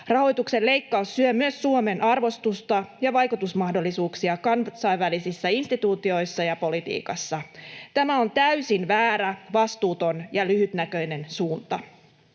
Rahoituksen leikkaus syö myös Suomen arvostusta ja vaikutusmahdollisuuksia kansainvälisissä instituutioissa ja kansainvälisessä politiikassa. Tämä on täysin väärä, vastuuton ja lyhytnäköinen suunta.